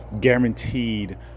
guaranteed